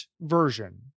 version